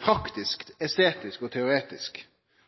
praktisk, estetisk og teoretisk.